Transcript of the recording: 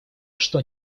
что